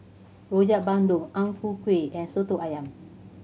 Rojak Bandung Ang Ku Kueh and Soto Ayam